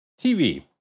TV